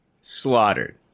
slaughtered